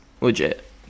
Legit